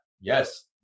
Yes